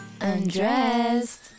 Undressed